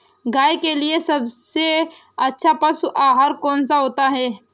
गाय के लिए सबसे अच्छा पशु आहार कौन सा है?